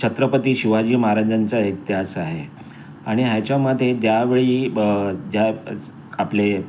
छत्रपती शिवाजी महाराजांचा इतिहास आहे आणि ह्याच्यामध्ये ज्यावेळी ज्या आपले